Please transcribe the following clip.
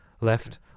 left